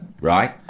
right